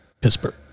Pittsburgh